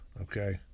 Okay